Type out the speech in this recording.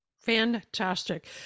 Fantastic